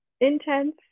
intense